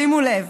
שימו לב,